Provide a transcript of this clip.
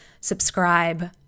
subscribe